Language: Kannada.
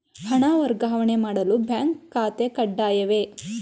ಹಣ ವರ್ಗಾವಣೆ ಮಾಡಲು ಬ್ಯಾಂಕ್ ಖಾತೆ ಕಡ್ಡಾಯವೇ?